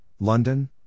London